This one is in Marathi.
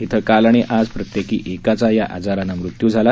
तिथे काल आणि आज प्रत्येकी एकाचा या आजारानं मृत्यू झाला